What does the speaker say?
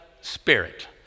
spirit